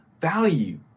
value